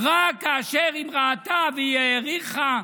רק כאשר היא ראתה והיא העריכה,